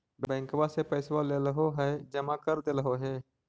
बैंकवा से पैसवा लेलहो है जमा कर देलहो हे?